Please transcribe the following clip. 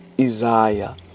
Isaiah